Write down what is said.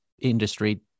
industry